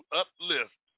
uplift